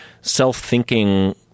self-thinking